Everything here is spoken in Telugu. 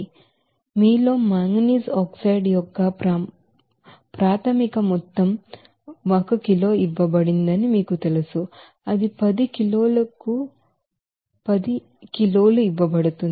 కాబట్టి మీలో మాంగనీస్ ఆక్సైడ్ యొక్క ప్రాథమిక మొత్తం కిలో ఇవ్వబడిందని మీకు తెలుసు అది 10 కిలోలు ఇవ్వబడుతుంది